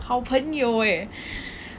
好朋友 eh